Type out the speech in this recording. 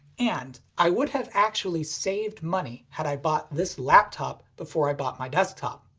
and i would have actually saved money had i bought this laptop before i bought my desktop.